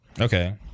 Okay